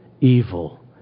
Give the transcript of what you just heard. evil